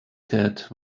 cat